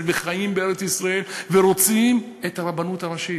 וחיים בארץ-ישראל ורוצים את הרבנות הראשית,